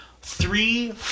three